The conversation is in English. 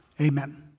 Amen